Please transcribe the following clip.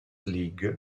league